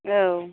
औ